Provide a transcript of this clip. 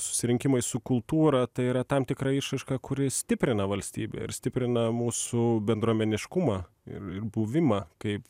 susirinkimai su kultūra tai yra tam tikra išraiška kuri stiprina valstybę ir stiprina mūsų bendruomeniškumą ir ir buvimą kaip